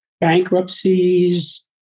bankruptcies